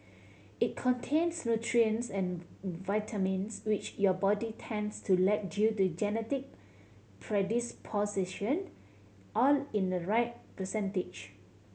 it contains nutrients and vitamins which your body tends to lack due to genetic predisposition all in the right percentage